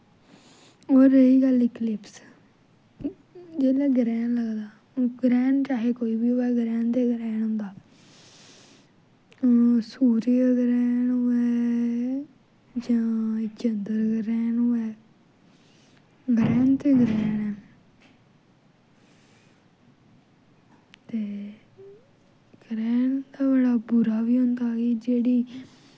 होर रेही गल्ल इक्लिप्स जेल्लै ग्रैह्न लगदा हून ग्रैह्न चाहे कोई बी होऐ ग्रैह्न ते ग्रैह्न होंदा हून सू्रज ग्रैह्न होऐ जां चन्दर ग्रैह्न होऐ ग्रैह्न ते ग्रैह्न ऐ ते ग्रैह्न ते बड़ा बुरा बी होंदा कि जेह्ड़ी